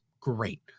great